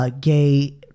Gay